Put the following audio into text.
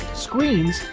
screens,